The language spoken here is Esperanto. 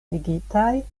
ligitaj